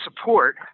support